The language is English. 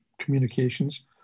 communications